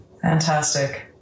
Fantastic